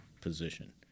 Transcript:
position